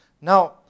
Now